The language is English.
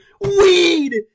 weed